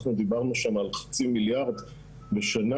אנחנו דיברנו שם על חצי מיליארד בשנה.